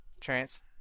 Trance